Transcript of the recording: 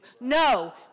No